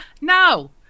No